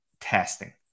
testing